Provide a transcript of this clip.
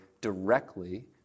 directly